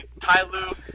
Tyloo